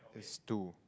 there's two